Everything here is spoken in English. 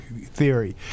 theory